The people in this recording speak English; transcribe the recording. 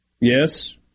Yes